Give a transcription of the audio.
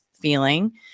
feeling